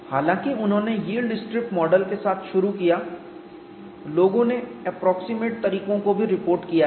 हालांकि उन्होंने yield strip model के साथ शुरू किया लोगों ने एप्रोक्सीमेट तरीकों को भी रिपोर्ट किया है